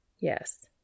Yes